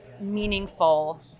meaningful